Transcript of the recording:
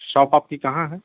shop آپ کی کہاں ہے